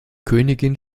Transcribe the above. königin